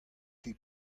ket